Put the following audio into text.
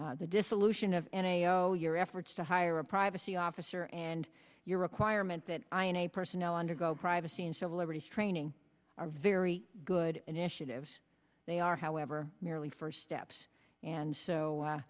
the dissolution of n a o your efforts to hire a privacy officer and your requirement that i in a personal undergo privacy and civil liberties training are very good initiatives they are however merely first steps and so